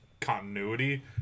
continuity